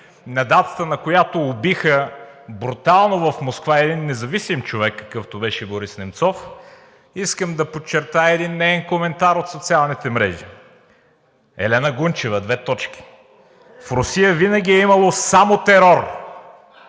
на датата, на която убиха брутално в Москва един независим човек, какъвто беше Борис Немцов, искам да подчертая един неин коментар от социалните мрежи. Елена Гунчева: „В Русия винаги е имало само терор,